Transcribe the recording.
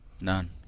None